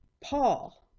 Paul